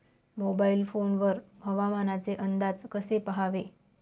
Mobile phone वर हवामानाचे अंदाज कसे पहावे?